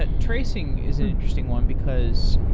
but tracing is an interesting one, because